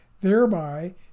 thereby